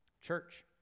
Church